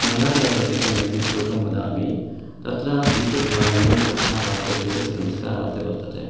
मया एव रचितम् एकं श्लोकं वदामि तत्र दीपज्वालने नमस्कारार्थे दीपस्य नमस्कारार्थे वर्तते